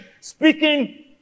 speaking